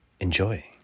Enjoy